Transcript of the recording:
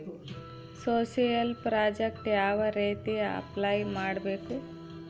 Social project ಯಾವ ರೇತಿ apply ಮಾಡಬೇಕು?